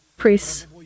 priests